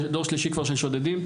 דור שלישי כבר של שודדים,